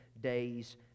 days